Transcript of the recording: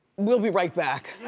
we'll be right back.